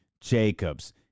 Jacobs